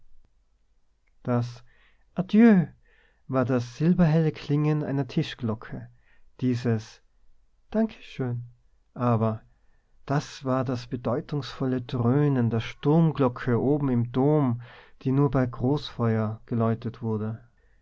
das war das silberhelle klingen einer tischglocke dieses danke schön aber das war das bedeutungsvolle dröhnen der sturmglocke oben im dom die nur bei großfeuer geläutet wurde